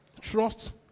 Trust